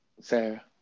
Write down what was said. Sarah